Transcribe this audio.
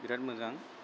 बिराद मोजां